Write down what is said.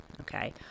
okay